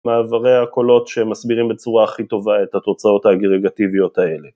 מעברי הקולות שמסבירים בצורה הכי טובה את התוצאות האגרגטיביות האלה.